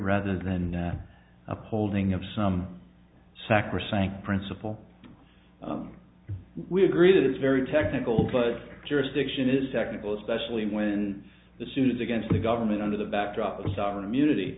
rather than upholding of some sacrosanct principle we agree that it's very technical but jurisdiction is technical especially when the suits against the government under the backdrop of sovereign immunity